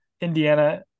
Indiana